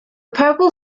purple